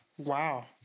Wow